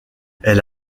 elle